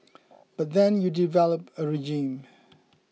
but then you develop a regime